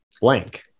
blank